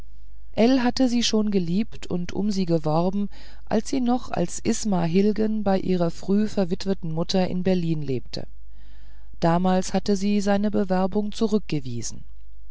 hatte sie schon geliebt und um sie geworben als sie noch als isma hilgen bei ihrer früh verwitweten mutter in berlin lebte damals hatte sie seine bewerbung zurückgewiesen